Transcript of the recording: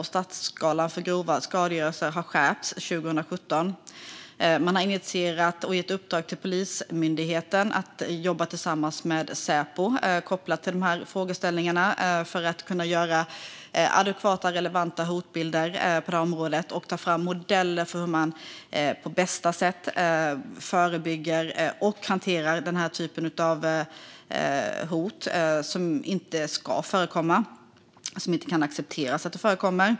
Straffskalan för grov skadegörelse skärptes 2017. Man har gett i uppdrag till Polismyndigheten att jobba tillsammans med Säpo när det gäller dessa frågeställningar för att ta fram adekvata och relevanta hotbilder på området och modeller för hur man på bästa sätt förebygger och hanterar denna typ av hot, som inte ska förekomma och inte kan accepteras.